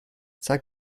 zeig